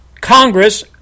Congress